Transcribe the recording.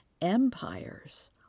Empires